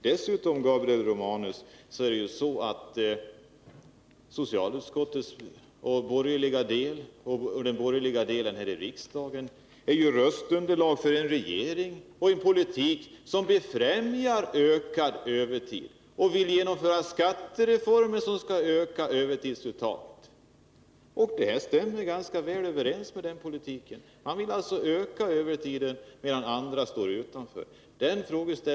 Dessutom, Gabriel Romanus, är det ju så att socialutskottet och de borgerliga ledamöterna här i riksdagen utgör röstunderlag för en regering och en politik som befrämjar ökad övertid och vill genomföra skattereformer som ökar övertidsuttaget. Det här stämmer ganska väl överens med den politiken. Man vill alltså öka övertiden, medan andra står utan arbete.